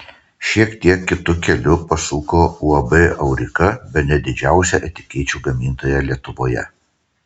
šiek tiek kitu keliu pasuko uab aurika bene didžiausia etikečių gamintoja lietuvoje